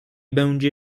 będzie